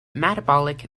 metabolic